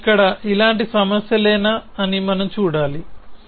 అవి ఇక్కడ ఇలాంటి సమస్యలేనా అని మనం చూడాలి